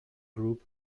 group